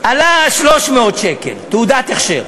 עלה 300 שקל תעודת הכשר,